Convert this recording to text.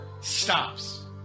stops